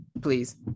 Please